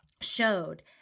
showed